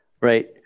Right